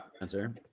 Answer